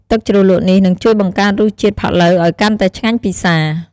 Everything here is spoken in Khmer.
ទឹកជ្រលក់នេះនឹងជួយបង្កើនរសជាតិផាក់ឡូវឱ្យកាន់តែឆ្ងាញ់ពិសា។